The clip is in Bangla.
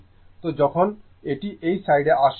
তো যখন এটি এই সাইডে আসে